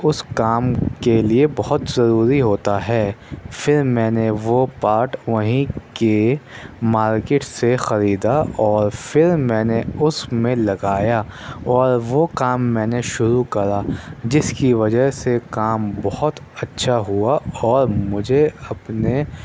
اُس کام کے لیے بہت ضروری ہوتا ہے پھر میں نے وہ پارٹ وہیں کے مارکٹ سے خریدا اور پھر میں نے اُس میں لگایا اور وہ کام میں نے شروع کرا جس کی وجہ سے کام بہت اچھا ہُوا اور مجھے اپنے